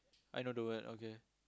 I know the word okay